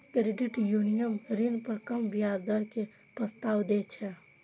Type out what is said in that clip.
credit union ऋण पर कम ब्याज दर के प्रस्ताव दै छै